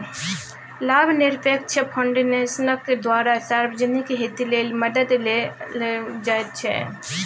लाभनिरपेक्ष फाउन्डेशनक द्वारा सार्वजनिक हित लेल मदद देल जाइत छै